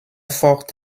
forte